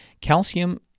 Calcium